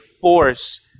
force